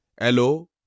hello